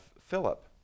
Philip